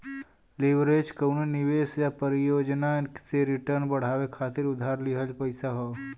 leverage कउनो निवेश या परियोजना से रिटर्न बढ़ावे खातिर उधार लिहल पइसा हौ